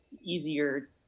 easier